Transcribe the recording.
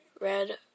Red